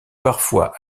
parfois